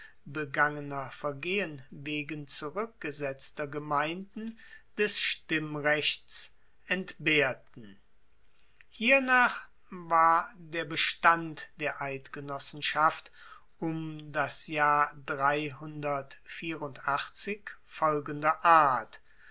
begangener vergehen wegen zurueckgesetzter gemeinden des stimmrechts entbehrten hiernach war der bestand der eidgenossenschaft um das jahr folgender art